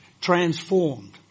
transformed